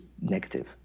negative